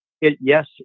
yes